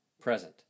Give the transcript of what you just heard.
present